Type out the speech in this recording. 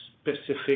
specific